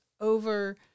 over